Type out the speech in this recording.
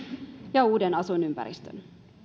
ja uuden asuinympäristön